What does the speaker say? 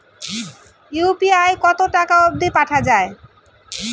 UPI কতো টাকা অব্দি পাঠা যায়?